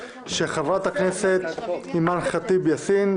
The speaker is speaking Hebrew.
של חברי הכנסת אימאן ח'טיב יאסין,